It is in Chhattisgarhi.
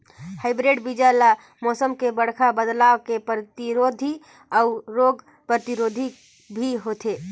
हाइब्रिड बीज ल मौसम में बड़खा बदलाव के प्रतिरोधी अऊ रोग प्रतिरोधी भी होथे